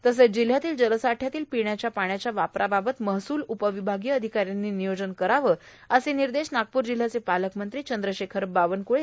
तसंच जिल्ह्यातील जलसाठ्यातील पिण्याच्या पाण्याच्या वापराबाबत महसूल उपविभागीय अधिकाऱ्यांनी नियोजन करावं असे निर्देश नागपूर जिल्ह्याचे पालकमंत्री चंद्रशेखर बावनकुळे यांनी काल नागपूर इथं दिले